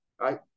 right